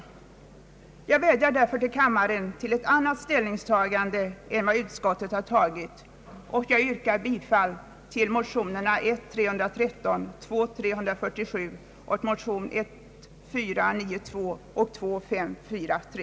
Jag vädjar således till kammaren om ett annat ställningstagande än utskottet har gjort. Jag yrkar bifall till motionerna 1: 313 och II: 347 samt motionerna 1:492 och II: 543.